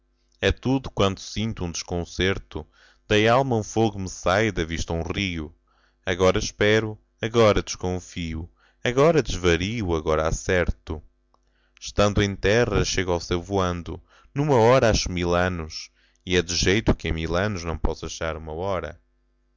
é tudo quanto sinto um desconcerto da alma um fogo me sai da vista um rio agora espero agora desconfio agora desvario agora acerto estando em terra chego ao céu voando num'hora acho mil anos e é de jeito que em mil anos não posso achar ü'hora